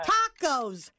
Tacos